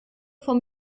vom